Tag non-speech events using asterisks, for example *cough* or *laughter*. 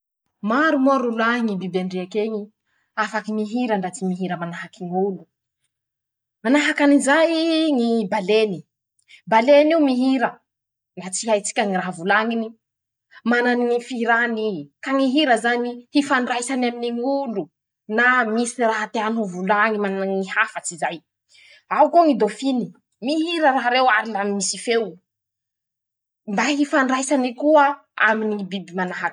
Maro moa rolahy ñy biby andriaky eñy afaky mihira ndra tsy mihira manahaky ñ'olo: -Manahaky anizay ñy baleny. baleny io mihira. na tsy haitsika ñy raha volañiny. manany ñy fihirany i. ka ñy hira zany hifandraisany aminy ñ'olo na misy raha teany ho volañy mmm ñy hafatsy zay ;ao koa ñy dôfiny. mihira raha reo ary la misy féo. mba hinfandraisany koa *shushes* aminy ñy biby manahaky azy.